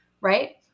Right